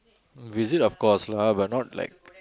visit of course lah but not like